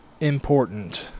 important